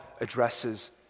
addresses